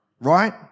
right